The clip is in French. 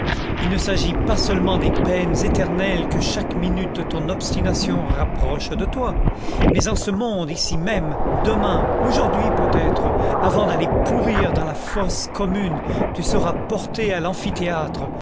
il ne s'agit pas seulement des peines éternelles que chaque minute de ton obstination rapproche de toi mais en ce monde ici même demain aujourd'hui peut-être avant d'aller pourrir dans la fosse commune tu seras porté à